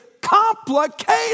complicated